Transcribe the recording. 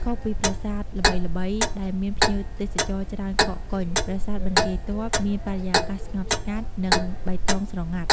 ខុសពីប្រាសាទល្បីៗដែលមានភ្ញៀវទេសចរច្រើនកកកុញ ប្រាសាទបន្ទាយទ័ពមានបរិយាកាសស្ងប់ស្ងាត់ និងបៃតងស្រងាត់។